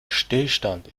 stillstand